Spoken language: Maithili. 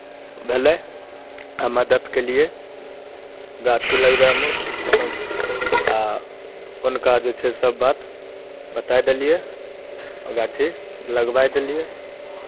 भेलै आ मदति केलियै गाछी लगबयमे कोनो आ हुनका जे छै सभ बात बताए देलियै आओर गाछी लगबाए देलियै